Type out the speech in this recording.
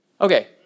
Okay